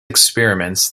experiments